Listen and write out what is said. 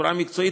ובצורה מקצועית,